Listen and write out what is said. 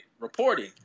reporting